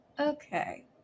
okay